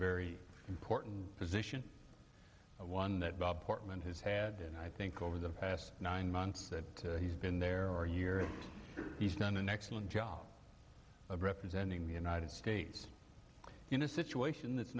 very important position one that bob portman has had and i think over the past nine months that he's been there are years he's done an excellent job of representing the united states in a situation that's